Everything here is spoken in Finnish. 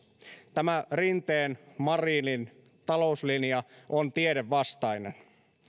tämä rinteen marinin talouslinja on tiedevastainen